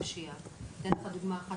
השאלה היא למה דווקא 10,000?